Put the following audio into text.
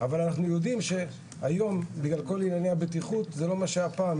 אבל אנחנו יודעים שהיום בגלל כל ענייני הבטיחות זה לא מה שהיה פעם.